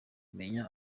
menya